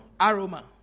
aroma